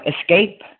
escape